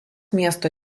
miesto